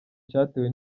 cyatewe